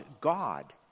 God